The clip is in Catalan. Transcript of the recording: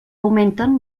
augmenten